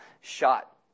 shot